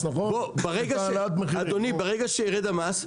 ברגע שירד המס,